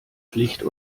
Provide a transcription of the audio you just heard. pflicht